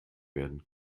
werden